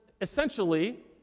essentially